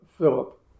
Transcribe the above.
Philip